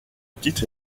titre